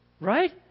right